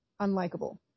unlikable